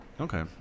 Okay